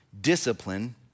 discipline